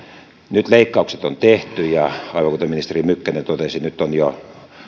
nyt leikkaukset on tehty ja aivan kuten ministeri mykkänen totesi nyt on jo